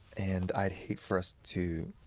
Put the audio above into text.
and i'd hate for us to